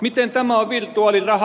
miten tämä on virtuaalirahaa